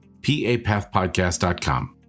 papathpodcast.com